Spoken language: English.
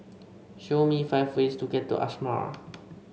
show me five ways to get to Asmara